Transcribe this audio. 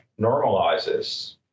normalizes